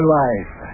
life